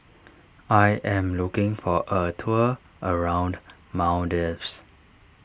I am looking for a tour around Maldives